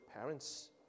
parents